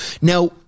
Now